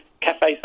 cafe